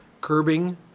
curbing